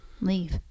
leave